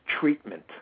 treatment